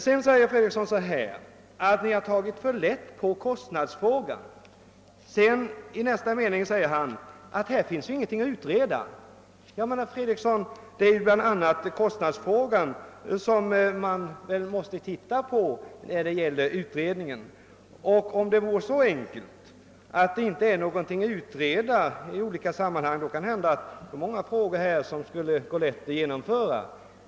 Sedan säger herr Fredriksson att reservanterna har tagit för lätt på kostnadsfrågan. I nästa mening framhåller han emellertid, att det inte finns någonting att utreda. Ja, men kostnadsfrågan bl.a. måste väl undersökas av utredningen. Om det vore så enkelt, att det inte funnes någonting att utreda i olika sammanhang, kunde det gå lättare att genomföra många förslag.